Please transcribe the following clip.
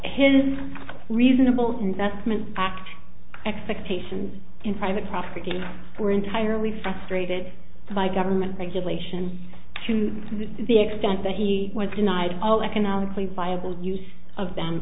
his reasonable investment act expectations in private property were entirely frustrated by government regulation to the extent that he was denied all economically viable use of them